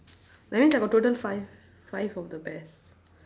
that means I got total five five of the pears